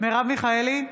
מרב מיכאלי,